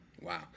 wow